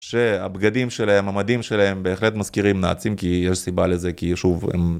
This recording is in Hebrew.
שהבגדים שלהם, המדים שלהם בהחלט מזכירים נאצים, כי יש סיבה לזה, כי שוב הם...